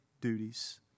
duties